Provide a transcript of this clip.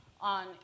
on